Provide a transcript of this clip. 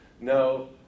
no